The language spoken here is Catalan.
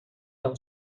nou